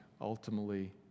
ultimately